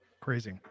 crazy